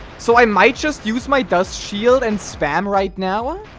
so i might just use my dust shield and spam right now